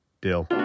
deal